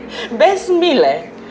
best meal eh